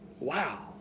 Wow